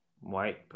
white